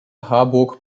harburg